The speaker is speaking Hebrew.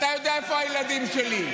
שלוש וחצי שנים, אתה יודע איפה הילדים שלי.